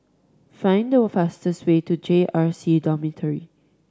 find the fastest way to J R C Dormitory